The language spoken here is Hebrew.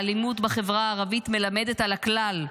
האלימות בחברה הערבית מלמדת על הכלל,